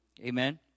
Amen